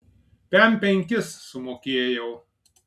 pem penkis sumokėjau